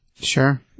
Sure